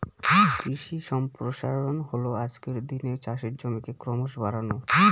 কৃষি সম্প্রসারণ হল আজকের দিনে চাষের জমিকে ক্রমশ বাড়ানো